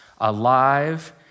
alive